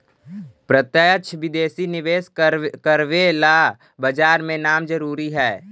प्रत्यक्ष विदेशी निवेश करवे ला बाजार में नाम जरूरी है